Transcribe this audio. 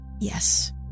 Yes